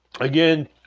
again